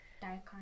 daikon